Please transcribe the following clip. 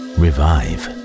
revive